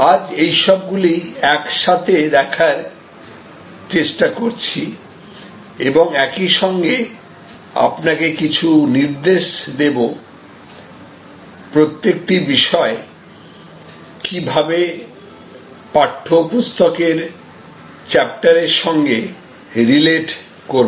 আজ এইসব গুলি একসাথে দেখার চেষ্টা করছি এবং একইসঙ্গে আপনাকে কিছু নির্দেশ দেবো প্রত্যেকটি বিষয় কিভাবে পাঠ্য পুস্তকের চ্যাপ্টারের সঙ্গে রিলেট করবে